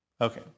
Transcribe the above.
Okay